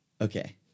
Okay